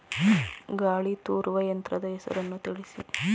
ಗಾಳಿ ತೂರುವ ಯಂತ್ರದ ಹೆಸರನ್ನು ತಿಳಿಸಿ?